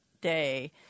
day